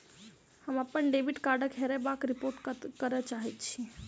हम अप्पन डेबिट कार्डक हेराबयक रिपोर्ट करय चाहइत छि